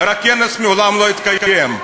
רק שהכנס מעולם לא התקיים.